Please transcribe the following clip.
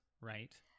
right